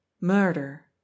Murder